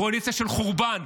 קואליציה של חורבן.